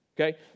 Okay